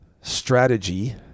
strategy